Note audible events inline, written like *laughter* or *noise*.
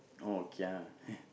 oh kia *laughs*